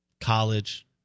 college